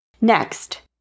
Next